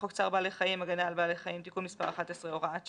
חוק צער בעלי חיים (הגנה על בעלי חיים) (תיקון מס' 11) (הוראת שעה),